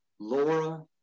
Laura